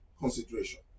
consideration